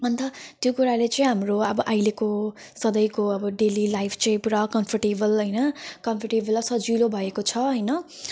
अनि त त्यो कुराले चाहिँ हाम्रो अब अहिलेको सधैँको अब डेली लाइफ चाहिँ पुरा कम्फर्टेबल हैन कम्फर्टेबल सजिलो भएको छ हैन